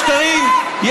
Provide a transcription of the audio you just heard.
יש גבול לשקרים,